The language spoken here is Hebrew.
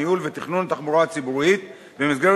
ניהול ותכנון תחבורה ציבורית במסגרת